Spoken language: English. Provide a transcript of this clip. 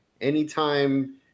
anytime